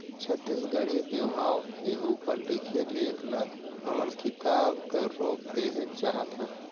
छत्तीसगढ़ी बिहाव के उपर लिखे लेख ल हमन किताब कर रूप देहेक चाहत हन